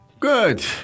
Good